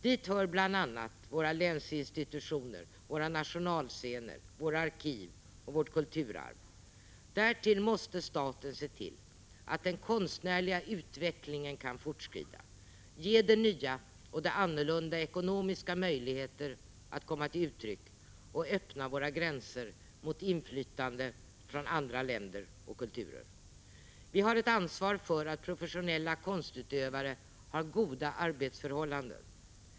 Dit hör bl.a. våra länsinstitutioner, våra nationalscener och våra arkiv — vårt kulturarv. Därtill måste staten se till att den konstnärliga utvecklingen kan fortskrida, ge det nya och det annorlunda ekonomiska möjligheter att komma till uttryck och öppna våra gränser för inflytande från andra länder och kulturer. Vi har ett ansvar för att professionella konstutövare har goda arbetsförhållanden.